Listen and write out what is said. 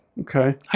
Okay